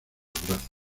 brazos